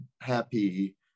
happy